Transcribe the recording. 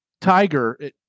Tiger